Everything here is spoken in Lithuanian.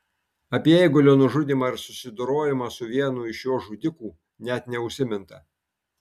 apie eigulio nužudymą ir susidorojimą su vienu iš jo žudikų net neužsiminta